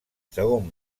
segon